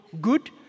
good